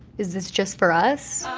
is this just for us?